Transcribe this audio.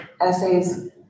essays